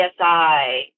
CSI